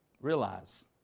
realize